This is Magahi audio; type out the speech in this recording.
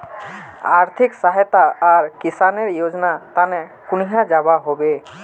आर्थिक सहायता आर किसानेर योजना तने कुनियाँ जबा होबे?